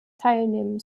teilnehmen